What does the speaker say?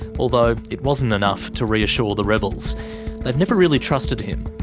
although it wasn't enough to reassure the rebels they've never really trusted him.